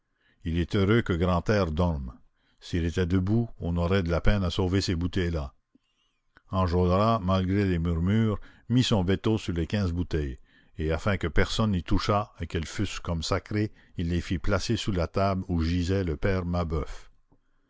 il est heureux que grantaire dorme s'il était debout on aurait de la peine à sauver ces bouteilles là enjolras malgré les murmures mit son veto sur les quinze bouteilles et afin que personne n'y touchât et qu'elles fussent comme sacrées il les fit placer sous la table où gisait le père mabeuf